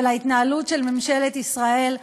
אבל ההתנהלות של ממשלת ישראל,